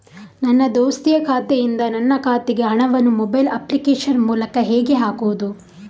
ನನ್ನ ದೋಸ್ತಿಯ ಖಾತೆಯಿಂದ ನನ್ನ ಖಾತೆಗೆ ಹಣವನ್ನು ಮೊಬೈಲ್ ಅಪ್ಲಿಕೇಶನ್ ಮೂಲಕ ಹೇಗೆ ಹಾಕುವುದು?